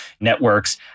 networks